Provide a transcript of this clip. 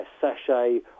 sachet